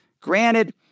granted